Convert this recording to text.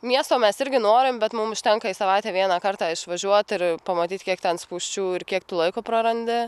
miesto mes irgi norim bet mum užtenka į savaitę vieną kartą išvažiuot ir pamatyt kiek ten spūsčių ir kiek tu laiko prarandi